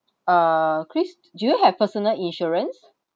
uh christ do you have personal insurance